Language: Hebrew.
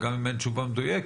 וגם אם אין תשובה מדויקת.